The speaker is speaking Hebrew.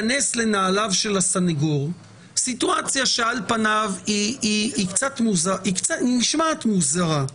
לנעליו של הסנגור, סיטואציה שעל פניו נשמעת מוזרה,